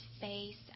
face